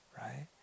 right